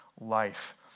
life